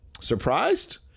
Surprised